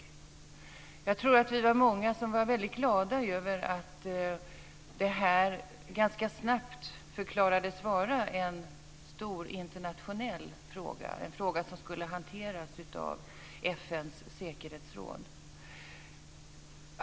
Jag tror att vi var många som var väldigt glada över att det här ganska snabbt förklarades vara en stor internationell fråga, en fråga som skulle hanteras av FN:s säkerhetsråd.